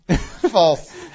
False